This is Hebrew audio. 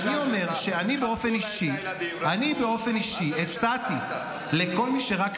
חטפו להם את הילדים, רצחו, מה זה משנה מה אתה?